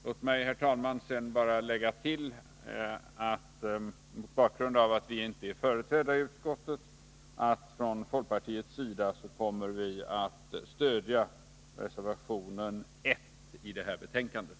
, Låt mig, herr talman, sedan bara lägga till att mot bakgrund av att folkpartiet inte är företrätt i utskottet kommer vi från folkpartiets sida att stödja reservation 1 till det här betänkandet.